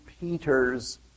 Peter's